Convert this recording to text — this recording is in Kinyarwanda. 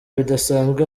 bidasanzwe